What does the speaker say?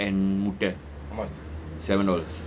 and முட்ட:mutta seven dollars